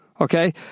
Okay